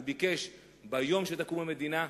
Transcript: הוא ביקש, ביום שתקום המדינה,